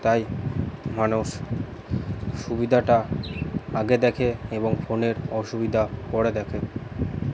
তাই মানুষ সুবিধাটা আগে দেখে এবং ফোনের অসুবিধা পরে দেখে